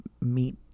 meet